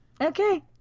Okay